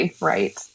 right